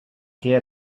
què